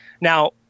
Now